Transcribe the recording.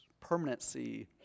permanency